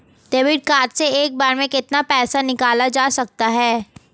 Debit card से एक बार में कितना पैसा निकाला जा सकता है?